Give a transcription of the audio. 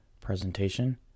presentation